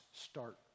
start